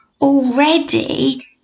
already